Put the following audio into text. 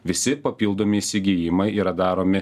visi papildomi įsigijimai yra daromi